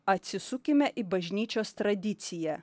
atsisukime į bažnyčios tradiciją